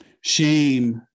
shame